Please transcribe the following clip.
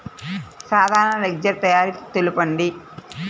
సాధారణ లెడ్జెర్ తయారి తెలుపండి?